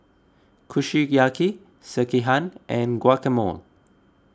Kushiyaki Sekihan and Guacamole